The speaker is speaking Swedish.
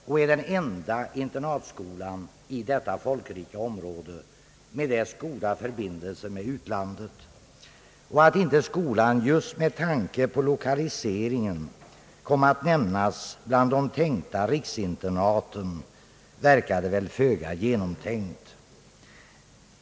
Det är den enda internatskolan i detta folkrika område med dess goda förbindelser med utlandet. Att inte denna skola med tanke på lokaliseringen kommit att nämnas bland de tänkta riksinternaten verkade föga genomtänkt.